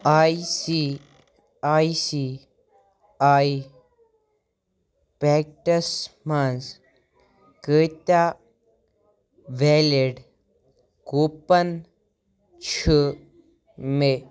I C I C I packets منٛز کۭتیاہ valid coupon چھِ مےٚ